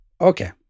Okay